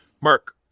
Mark